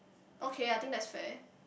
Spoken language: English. okay I think that's fair